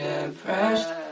depressed